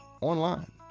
online